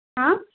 হ্যাঁ